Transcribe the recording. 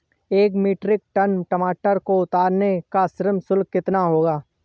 एक metric ton टमाटर को उतारने का श्रम शुल्क कितना होगा?